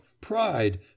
Pride